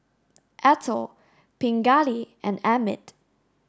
Atal Pingali and Amit